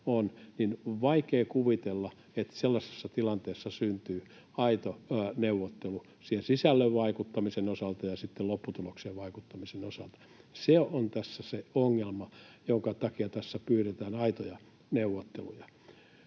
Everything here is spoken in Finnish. on vaikea kuvitella, että sellaisessa tilanteessa syntyy aito neuvottelu sisältöön vaikuttamisen osalta ja sitten lopputulokseen vaikuttamisen osalta. Se on tässä se ongelma, jonka takia tässä pyydetään aitoja neuvotteluja.